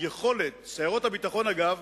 סיירות הביטחון, אגב,